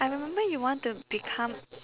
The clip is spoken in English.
I remember you want to become